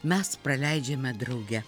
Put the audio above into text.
mes praleidžiame drauge